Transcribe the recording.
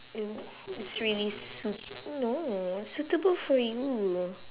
it's really suit~ no suitable for you